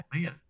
man